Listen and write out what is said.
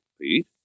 Pete